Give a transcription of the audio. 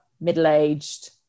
middle-aged